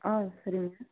ஆ சரி